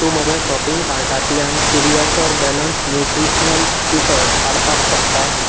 तूं म्हज्या शॉपींग कार्टांतल्यान पिडियाश्यॉर बॅलन्स न्युट्रिशनल पिटो काडपाक शकता